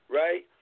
right